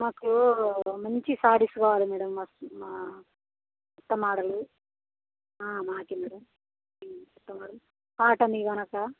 మాకు మంచి శారీస్ కావాలి మేడం మా కొత్త మోడల్ ఆ మాకు మేడం